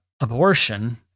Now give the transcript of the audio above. abortion